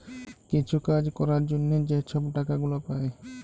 কিছু কাজ ক্যরার জ্যনহে যে ছব টাকা গুলা পায়